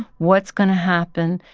what's going to happen?